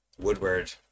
woodward